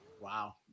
Wow